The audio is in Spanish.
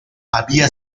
había